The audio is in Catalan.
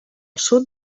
sud